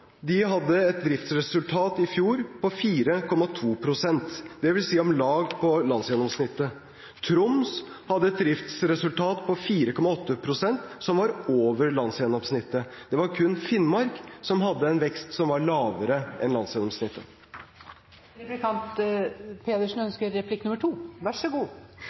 De hadde et driftsresultat i fjor på 4,2 pst., dvs. om lag på landsgjennomsnittet. Troms hadde et driftsresultat på 4,8 pst., som var over landsgjennomsnittet. Det var kun Finnmark som hadde en vekst som var lavere enn